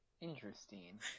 Interesting